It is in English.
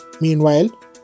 Meanwhile